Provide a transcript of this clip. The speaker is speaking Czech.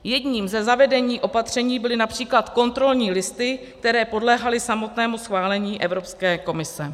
Jedním ze zavedených opatření byly například kontrolní listy, které podléhaly samotnému schválení Evropské komise.